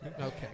Okay